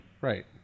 Right